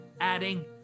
adding